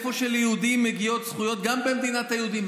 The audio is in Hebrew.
גם ליהודים מגיעות זכויות במדינת היהודים.